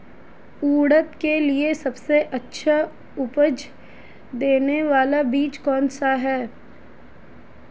उड़द के लिए सबसे अच्छा उपज देने वाला बीज कौनसा है?